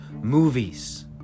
movies